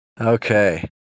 Okay